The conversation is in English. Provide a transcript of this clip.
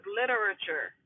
literature